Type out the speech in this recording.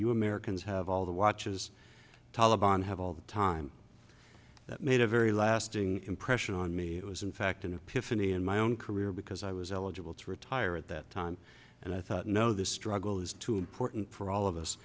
you americans have all the watches taliban have all the time made a very lasting impression on me it was in fact an opinion my own career because i was eligible to retire at that time and i thought no this struggle is too important for all of us